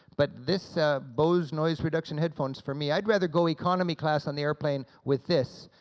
but this bose noise-reduction headphones, for me, i'd rather go economy class on the airplane with this,